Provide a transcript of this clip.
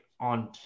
on